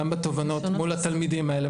גם בתובנות מול התלמידים האלה.